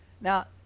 Now